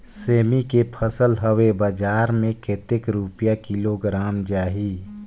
सेमी के फसल हवे बजार मे कतेक रुपिया किलोग्राम जाही?